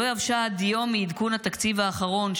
לא יבשה הדיו מעדכון התקציב האחרון,